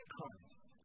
Christ